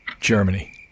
Germany